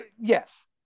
Yes